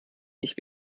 nicht